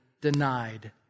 denied